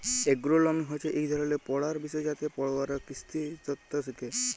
এগ্রোলমি হছে ইক ধরলের পড়ার বিষয় যাতে পড়ুয়ারা কিসিতত্ত শিখে